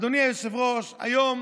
אדוני היושב-ראש, היום